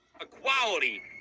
equality